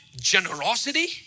generosity